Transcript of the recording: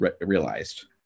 realized